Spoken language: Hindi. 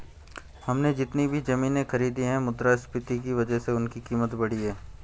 हमने जितनी भी जमीनें खरीदी हैं मुद्रास्फीति की वजह से उनकी कीमत बढ़ी है